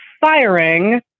firing